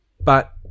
but-